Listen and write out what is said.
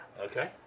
Okay